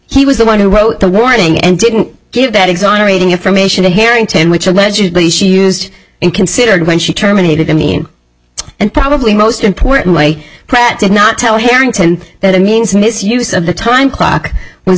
he was the one who wrote the warning and didn't give that exonerating information to harrington which allegedly she used and considered when she terminated i mean and probably most importantly pratt did not tell harrington that it means misuse of the time clock was